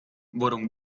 worum